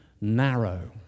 narrow